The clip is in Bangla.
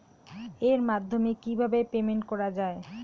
এর মাধ্যমে কিভাবে পেমেন্ট করা য়ায়?